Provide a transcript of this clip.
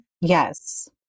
Yes